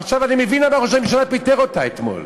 עכשיו אני מבין למה ראש הממשלה פיטר אותה אתמול.